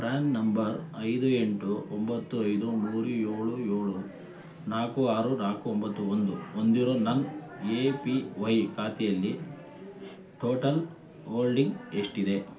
PRAN number ಐದು ಎಂಟು ಒಂಬತ್ತು ಐದು ಮೂರು ಏಳು ಏಳು ನಾಲ್ಕು ಆರು ನಾಲ್ಕು ಒಂಬತ್ತು ಒಂದು ಹೊಂದಿರೋ ನನ್ನ ಏ ಪಿ ವೈ ಖಾತೆಯಲ್ಲಿ ಟೋಟಲ್ ಹೋಲ್ಡಿಂಗ್ ಎಷ್ಟಿದೆ